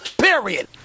period